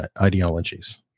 ideologies